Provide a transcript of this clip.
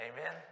Amen